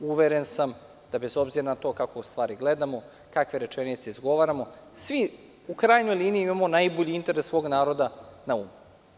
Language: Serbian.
Uveren sam, bez obzira na to kako stvari gledamo, kakve rečenice izgovaramo, svi u krajnjoj liniji imamo najbolji interes svog naroda na umu.